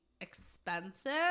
expensive